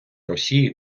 росії